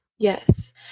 Yes